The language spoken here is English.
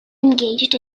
engaged